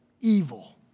evil